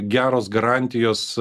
geros garantijos